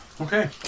Okay